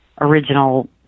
original